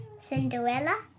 Cinderella